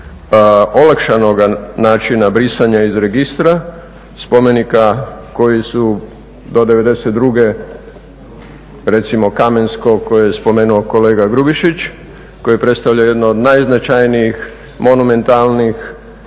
olakšanoga brisanja iz registra spomenika koji su do '92. recimo Kamensko koje je spomenuo kolega Grubišić koje predstavlja jedno od najznačajnijih monumentalnih,